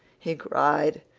he cried,